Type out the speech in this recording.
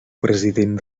president